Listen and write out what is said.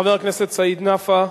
חבר הכנסת סעיד נפאע,